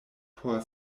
por